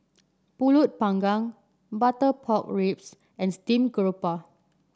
pulut panggang Butter Pork Ribs and Steamed Garoupa